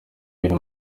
biri